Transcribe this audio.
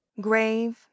grave